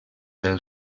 del